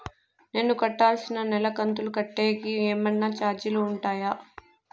నేను కట్టాల్సిన నెల కంతులు కట్టేకి ఏమన్నా చార్జీలు ఉంటాయా?